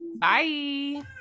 Bye